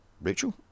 Rachel